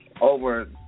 over